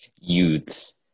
Youths